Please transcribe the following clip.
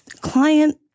Client